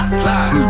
slide